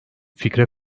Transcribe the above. fikre